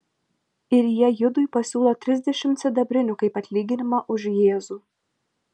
ir jie judui pasiūlo trisdešimt sidabrinių kaip atlyginimą už jėzų